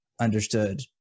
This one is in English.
understood